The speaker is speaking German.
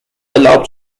erlaubt